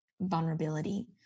vulnerability